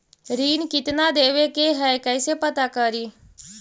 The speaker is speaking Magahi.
ऋण कितना देवे के है कैसे पता करी?